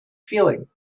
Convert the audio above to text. feeling